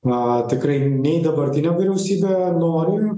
a tikrai nei dabartinė vyriausybė nori